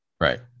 right